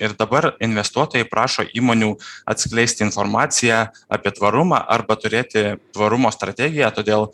ir dabar investuotojai prašo įmonių atskleist informaciją apie tvarumą arba turėti tvarumo strategiją todėl